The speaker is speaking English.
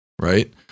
right